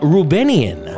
Rubenian